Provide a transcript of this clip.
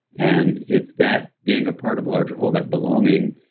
and it's that being a part of a larger whole, that belonging,